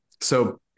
So-